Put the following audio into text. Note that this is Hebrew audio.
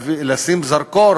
לשים זרקור